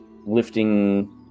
lifting